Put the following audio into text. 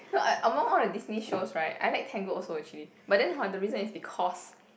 no among all the Disney shows right I like Tangled also actually but then hor the reason is because